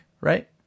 Right